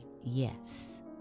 yes